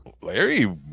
larry